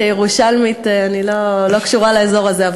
כירושלמית אני לא קשורה לאזור הזה.